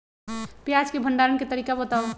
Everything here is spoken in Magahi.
प्याज के भंडारण के तरीका बताऊ?